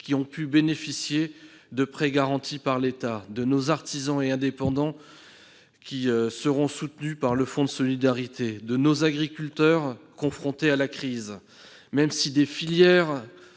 qui ont pu bénéficier de prêts garantis par l'État, de nos artisans et indépendants, qui seront soutenus par le fonds de solidarité, de nos agriculteurs, confrontés à la crise- certaines filières,